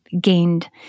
gained